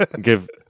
give